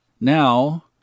Now